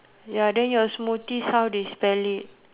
ya then your smoothies how they spell it